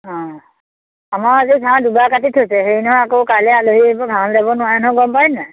অঁ আমাৰ আজি ঘাঁহ দুবাৰ কাটি থৈছে হেৰি নহয় আকৌ কাইলৈ আলহী আহিব ঘাঁহ ল'ব নোৱাৰি নহয় গম পাই নে নাই